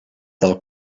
del